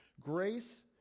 grace